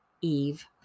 Eve